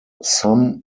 some